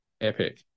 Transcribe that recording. Epic